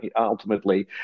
ultimately